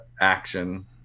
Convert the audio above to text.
action